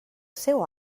seu